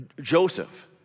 Joseph